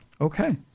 Okay